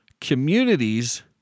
communities